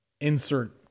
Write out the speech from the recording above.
insert